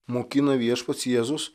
mokina viešpats jėzus